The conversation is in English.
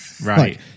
Right